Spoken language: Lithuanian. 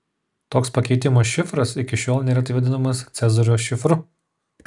toks pakeitimo šifras iki šiol neretai vadinamas cezario šifru